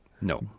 No